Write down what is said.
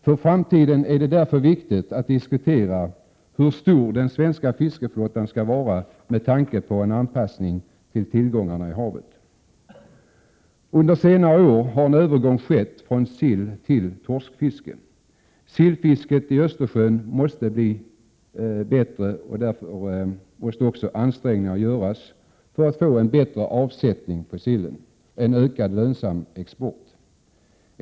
För framtiden är det därför viktigt att diskutera hur stor den svenska fiskeflottan skall vara med tanke på anpassning till tillgångarna i havet. Under senare år har en övergång skett från silltill torskfiske. Sillfisket i Östersjön måste bli bättre, och därför måste också ansträngningar göras för en bättre avsättning på sillen och en ökad lönsam export.